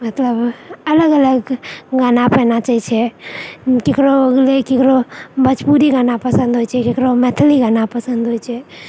मतलब अलग अलग गाना पर नाचै छै केकरो केकरो भोजपुरी गाना पसन्द होइत छै केकरो मैथिली गाना पसन्द होइत छै